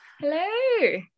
Hello